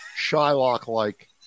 Shylock-like